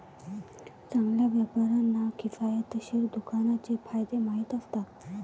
चांगल्या व्यापाऱ्यांना किफायतशीर दुकानाचे फायदे माहीत असतात